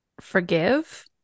forgive